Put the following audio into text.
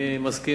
אני מסכים